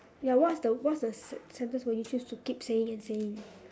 ya what's the what's the sen~ sentence would you choose to keep saying and saying